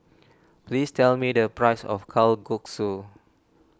please tell me the price of Kalguksu